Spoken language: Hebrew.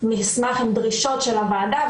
מסמך עם דרישות של הוועדה,